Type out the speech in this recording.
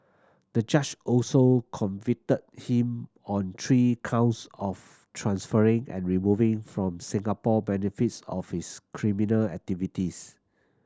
the judge also convicted him on three counts of transferring and removing from Singapore benefits of his criminal activities